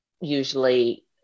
usually